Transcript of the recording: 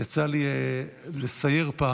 יצא לי לסייר פעם,